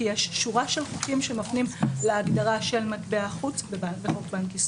כי יש שורה של חוקים שמפנים להגדרה של "מטבע החוץ" בחוק בנק ישראל.